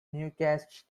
newscasts